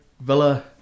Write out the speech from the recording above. Villa